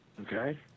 okay